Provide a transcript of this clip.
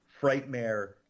Frightmare